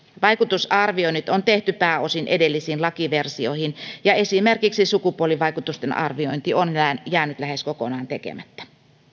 vaikutusarvioinnit on tehty pääosin edellisiin lakiversioihin ja esimerkiksi sukupuolivaikutusten arviointi on jäänyt lähes kokonaan tekemättä